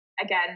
again